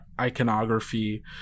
iconography